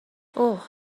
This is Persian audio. اوه